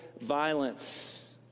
violence